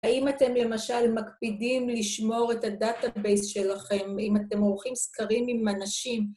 האם אתם למשל מקפידים לשמור את הדאטהאבייס שלכם, אם אתם עורכים סקרים עם אנשים?